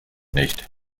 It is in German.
nicht